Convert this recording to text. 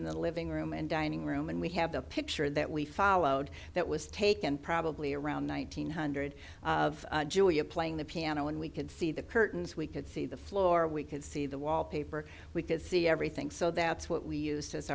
in the living room and dining room and we have the picture that we followed that was taken probably around one thousand nine hundred of julia playing the piano and we could see the curtains we could see the floor we could see the wallpaper we could see everything so that's what we used as